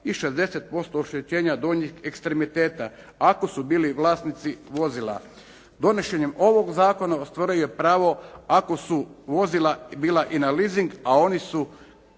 i 60% oštećenja donjih ekstremiteta ako su bili vlasnici vozila. Donošenjem ovog zakona ostvaruje pravo ako su vozila bila i na lising a oni su